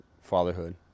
fatherhood